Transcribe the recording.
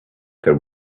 that